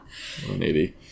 180